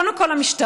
וקודם כול המשטרה.